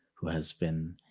who has been